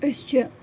أسۍ چھِ